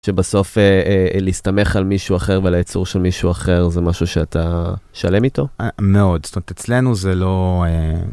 שבסוף להסתמך על מישהו אחר ועל הייצור של מישהו אחר, זה משהו שאתה שלם איתו? מאוד. זאת אומרת, אצלנו זה לא...